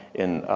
in, ah,